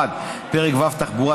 1. פרק ו' (תחבורה),